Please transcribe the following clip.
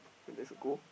when there's a goal